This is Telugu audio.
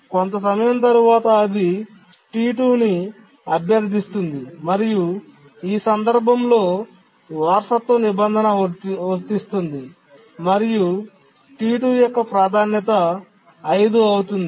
కొంత సమయం తరువాత అది T2 ని అభ్యర్థిస్తుంది మరియు ఈ సందర్భంలో వారసత్వ నిబంధన వర్తిస్తుంది మరియు T2 యొక్క ప్రాధాన్యత 5 అవుతుంది